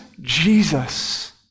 Jesus